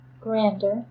grander